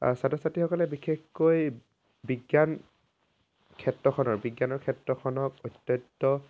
আৰু ছাত্ৰ ছাত্ৰীসকলে বিশেষকৈ বিজ্ঞান ক্ষেত্ৰখনৰ বিজ্ঞানৰ ক্ষেত্ৰখনক অত্যন্ত